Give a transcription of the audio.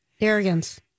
Arrogance